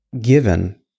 given